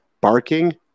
Barking